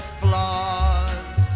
flaws